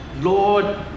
Lord